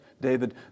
David